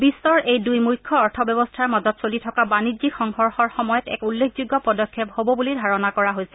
বিশ্বৰ এই দুই মুখ্য অৰ্থব্যৱস্থাৰ মাজত চলি থকা বাণিজ্যিক সংঘৰ্ষৰ সময়ত এক উল্লেখযোগ্য পদক্ষেপ হ'ব বুলি ধাৰণা কৰা হৈছে